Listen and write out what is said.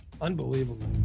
Unbelievable